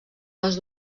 les